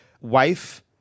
Wife